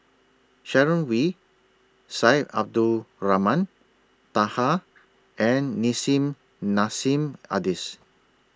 Sharon Wee Syed Abdulrahman Taha and Nissim Nassim Adis